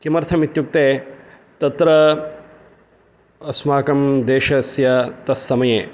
किमर्थम् इत्युक्ते तत्र अस्माकं देशस्य तत्समये